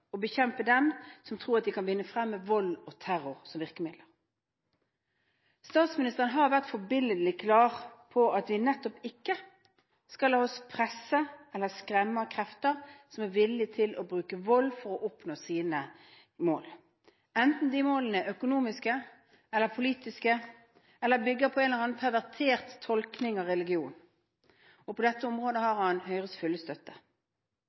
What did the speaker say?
å bekjempe dem som tror at de kan vinne frem med vold og terror som virkemidler. Statsministeren har vært forbilledlig klar på at vi nettopp ikke skal la oss presse eller skremme av krefter som er villig til å bruke vold for å oppnå sine mål, enten de målene er økonomiske, politiske eller bygger på en eller annen pervertert tolkning av religion. På dette området har han Høyres fulle støtte.